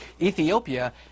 Ethiopia